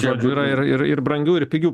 žodžiu yra ir ir ir brangių ir pigių